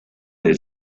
del